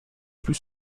plus